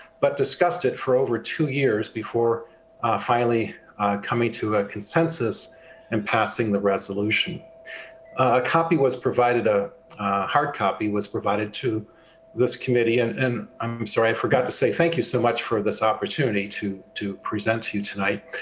but discussed it for over two years before finally coming to a consensus and passing the resolution. a copy was provided. a hard copy was provided to this committee. and and, i'm sorry, i forgot to say thank you so much for this opportunity to to present to you tonight.